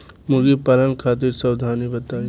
मुर्गी पालन खातिर सावधानी बताई?